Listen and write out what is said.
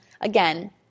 again